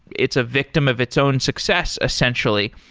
it's a victim of its own success essentially.